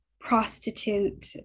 prostitute